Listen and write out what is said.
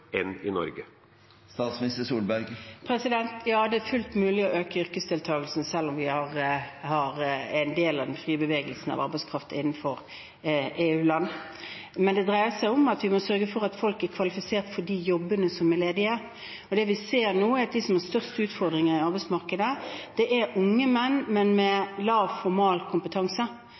Ja, det er fullt mulig å øke yrkesdeltakelsen selv om vi er en del av den frie bevegelsen av arbeidskraft innenfor EU-land, men det dreier seg om at vi må vi sørge for at folk er kvalifisert for de jobbene som er ledige. Det vi ser nå, er at de som har størst utfordringer i arbeidsmarkedet, er unge menn med lav formalkompetanse.